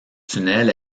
tunnel